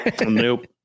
Nope